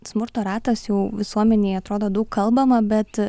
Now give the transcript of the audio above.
smurto ratas jau visuomenėje atrodo daug kalbama bet